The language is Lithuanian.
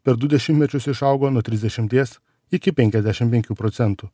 per du dešimtmečius išaugo nuo trisdešimties iki penkiasdešim penkių procentų